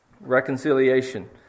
reconciliation